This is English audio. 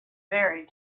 very